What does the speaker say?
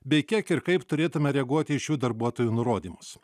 bei kiek ir kaip turėtume reaguoti į šių darbuotojų nurodymus